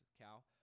cow